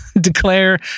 declare